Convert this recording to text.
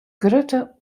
grutte